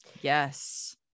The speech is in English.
Yes